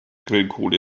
grillkohle